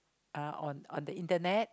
uh on on the internet